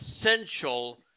essential